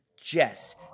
Jess